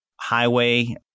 Highway